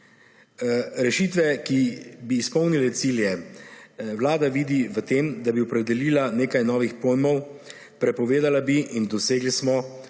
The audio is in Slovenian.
Rešitve, ki bi izpolnile cilje, Vlada vidi v tem, da bi opredelila nekaj novih pojmov. Prepovedala bi – in dosegli smo